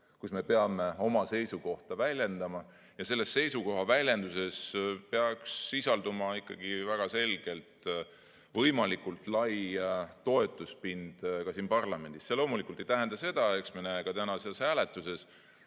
kus me peame oma seisukohta väljendama. Selles seisukohaväljenduses peaks sisalduma ikkagi väga selgelt võimalikult lai toetuspind ka siin parlamendis. See loomulikult ei tähenda seda – eks me näe tänases hääletuses